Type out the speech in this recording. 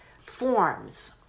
forms